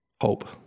hope